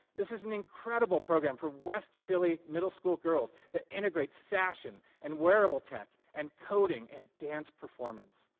this is an incredible program for west filly middle school girls that integrates fashion and wearable tech and coding and dance performance.